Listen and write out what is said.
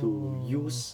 to use